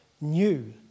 new